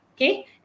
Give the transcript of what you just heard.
Okay